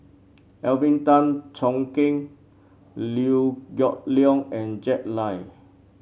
Alvin Tan Cheong Kheng Liew Geok Leong and Jack Lai